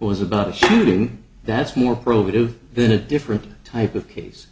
was about a shooting that's more probative than a different type of case